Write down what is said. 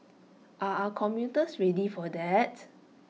are our commuters ready for that